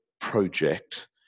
project